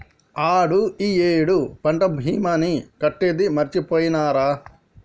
ఆడు ఈ ఏడు పంట భీమాని కట్టేది మరిచిపోయినారా